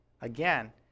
again